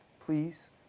please